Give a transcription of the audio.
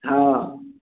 हाँ